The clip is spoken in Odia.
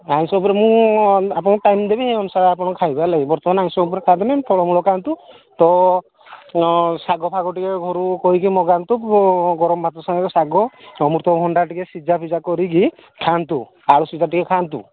ଆଇଂଷ ଉପରେ ମୁଁ ଆପଣଙ୍କୁ ଟାଇମ୍ ଦେବି ସେ ଅନୁସାରେ ଆପଣ ଖାଇବେ ହେଲାକି ବର୍ତ୍ତମାନ ଆଇଂଷ ଉପରେ ଖାଆନ୍ତୁନି ଫଳମୂଳ ଖାଆନ୍ତୁ ତ ଶାଗ ଫାଗ ଟିକେ ଘରୁ କହିକି ମଗାନ୍ତୁ ଗରମ ଭାତ ସାଙ୍ଗରେ ଶାଗ ଅମୃତଭଣ୍ଡା ଟିକେ ସିଝା ଫିଜା କରିକି ଖାଆନ୍ତୁ ଆଳୁ ସିଜା ଟିକେ ଖାଆନ୍ତୁ